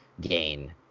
gain